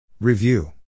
Review